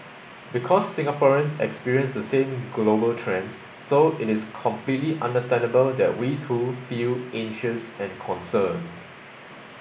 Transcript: because Singaporeans experience the same global trends so it is completely understandable that we too feel anxious and concerned